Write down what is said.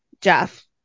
Jeff